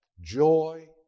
joy